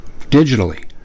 digitally